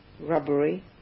rubbery